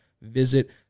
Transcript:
visit